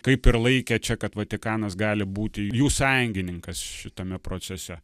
kaip ir laikė čia kad vatikanas gali būti jų sąjungininkas šitame procese